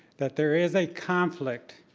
that there is a conflict.